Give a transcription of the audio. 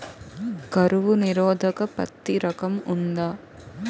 కరువు నిరోధక పత్తి రకం ఉందా?